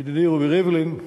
וידידי רובי ריבלין ואני,